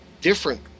different